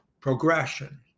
progression